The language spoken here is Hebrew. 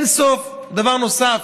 דבר נוסף,